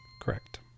Correct